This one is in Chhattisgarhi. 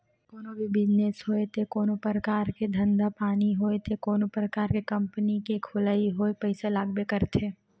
कोनो भी बिजनेस होय ते कोनो परकार के धंधा पानी होय ते कोनो परकार के कंपनी के खोलई होय पइसा लागबे करथे